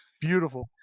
Beautiful